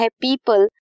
people